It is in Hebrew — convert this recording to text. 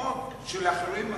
במקומות שלאחרים אסור.